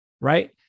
Right